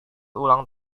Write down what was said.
ulang